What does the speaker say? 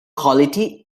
quality